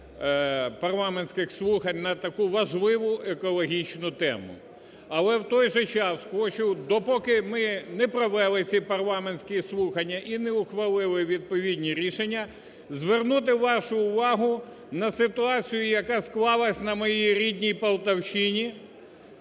парламентських слухань на таку важливу екологічну тему. Але в той же час хочу допоки ми не провели ці парламентські слухання і не ухвалили відповідні рішення, звернути вашу увагу на ситуацію, яка склалася на моїй рідній Полтавщині,